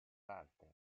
walter